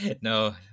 no